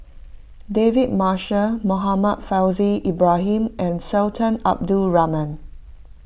David Marshall Muhammad Faishal Ibrahim and Sultan Abdul Rahman